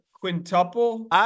quintuple